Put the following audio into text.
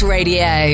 Radio